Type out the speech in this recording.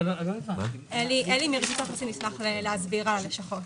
אלי מרשות האוכלוסין ישמח להסביר על הלשכות.